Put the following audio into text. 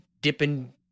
dipping